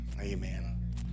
Amen